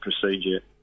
procedure